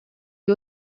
you